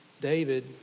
David